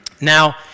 Now